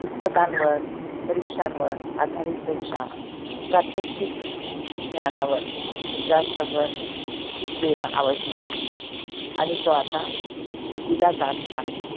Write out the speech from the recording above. पुस्तकांवर परीक्षांवर आधारित पेक्षा प्राात्यक्षिक ज्ञानावर जास्त भर देणं आवश्यक आहे आणि तो आता दिला जात आहे